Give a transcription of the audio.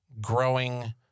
growing